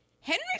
Henry